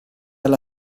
alla